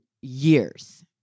years